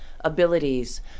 abilities